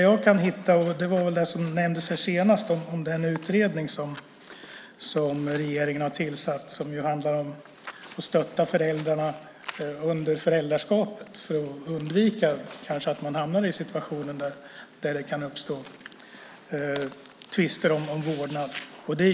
Som nämndes har regeringen tillsatt en utredning som handlar om att stötta föräldrar under föräldraskapet för att man ska undvika att hamna i situationer där det kan uppstå tvister om vårdnad.